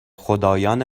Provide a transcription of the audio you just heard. خدایان